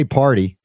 party